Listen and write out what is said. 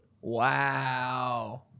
Wow